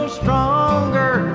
stronger